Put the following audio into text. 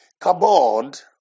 Kabod